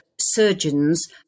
surgeons